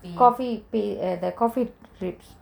coffee paste the coffee ribs